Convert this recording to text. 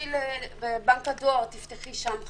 תיגשי לבנק הדואר, תפתחי שם חשבון,